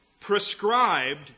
Prescribed